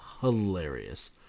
hilarious